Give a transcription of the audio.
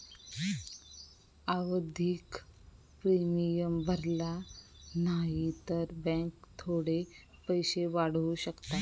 आवधिक प्रिमियम भरला न्हाई तर बॅन्क थोडे पैशे वाढवू शकता